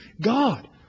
God